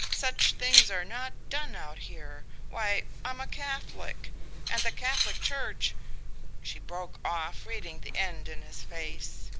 such things are not done out here. why, i'm a catholic and the catholic church she broke off, reading the end in his face.